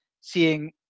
seeing